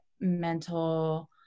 mental